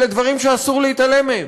אלה דברים שאסור להתעלם מהם.